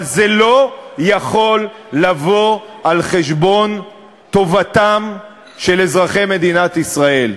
אבל זה לא יכול לבוא על חשבון טובתם של אזרחי מדינת ישראל.